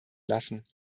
lassen